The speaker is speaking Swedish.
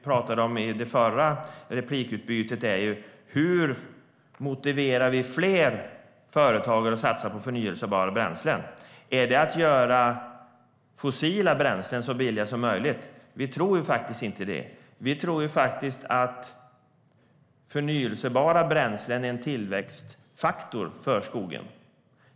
Det som är viktigt att ha med sig är hur vi ska motivera fler företagare att satsa på förnybara bränslen. Är det genom att göra fossila bränslen så billiga som möjligt? Vi tror inte det. Vi tror att förnybara bränslen är en tillväxtfaktor för skogen.